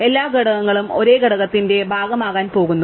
എല്ലാ ഘടകങ്ങളും ഒരേ ഘടകത്തിന്റെ ഭാഗമാകാൻ പോകുന്നു